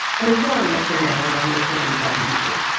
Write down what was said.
i'm ignoring it for now and i'm working on the bunny's ear,